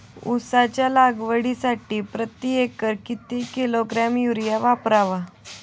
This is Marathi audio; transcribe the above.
उसाच्या लागवडीसाठी प्रति एकर किती किलोग्रॅम युरिया वापरावा?